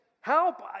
help